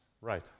right